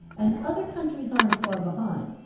and other countries aren't far behind.